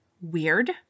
Weird